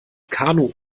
kanu